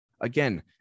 Again